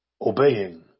obeying